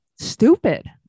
stupid